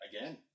Again